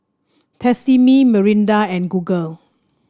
Tresemme Mirinda and Google